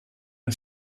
and